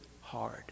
hard